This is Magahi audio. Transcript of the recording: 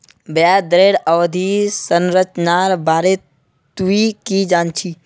ब्याज दरेर अवधि संरचनार बारे तुइ की जान छि